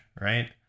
right